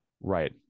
Right